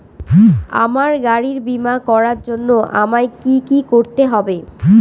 আমার গাড়ির বীমা করার জন্য আমায় কি কী করতে হবে?